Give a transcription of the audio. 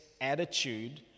attitude